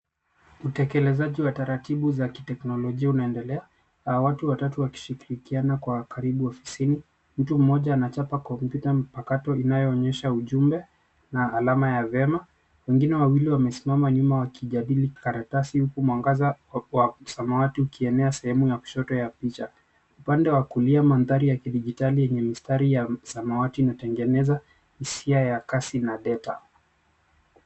Utekelezaji wa taratibu za kiteknolojia unaendelea na watu watatu wakishirikiana kwa karibu ofisini. Mtu mmoja anachapa kompyuta mpakato inayoonyesha ujumbe na alama ya vyema. Wengine wawili wamesimama nyuma wakijadili karatasi huku mwangaza wa samawati ukienea sehemu ya kushoto ya picha. Upande ya kulia, mandhari ya kidijitali yenye mistari ya samawati inatengeneza hisia ya kasi na data.